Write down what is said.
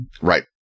Right